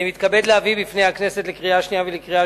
אני מתכבד להביא בפני הכנסת לקריאה שנייה ולקריאה